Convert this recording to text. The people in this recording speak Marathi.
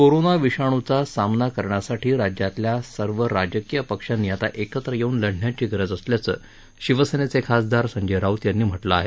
कोरोना विषाणूचा सामना करण्यासाठी राज्यातल्या सर्व राजकीय पक्षांनी आता एकत्र येऊन लढण्याची गरज असल्याचं शिवसेनेचे खासदार संजय राऊत यांनी म्हटलं आहे